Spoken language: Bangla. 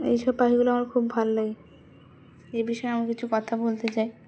এইসব পাখিগুলো আমার খুব ভাল লাগে এ বিষয়ে আমি কিছু কথা বলতে চাই